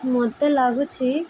ମୋତେ ଲାଗୁଛି